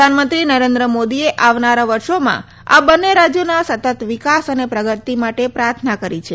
પ્રધાનમંત્રી નરેન્દ્ર મોદીએ આવનારા વર્ષોમાં આ બંને રાજ્યોના સતત વિકાસ અને પ્રગતિ માટે પ્રાર્થના કરી છે